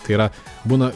tai yra būna